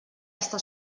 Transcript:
està